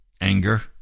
anger